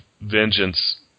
vengeance